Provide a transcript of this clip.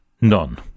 None